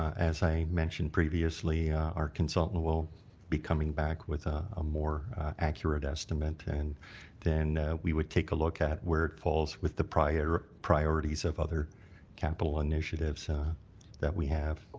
as i mentioned previously, our consultant will be coming back with a more accurate estimate, and then we would take a look at where it falls with the priorities priorities of other capital initiatives that we have.